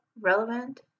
relevant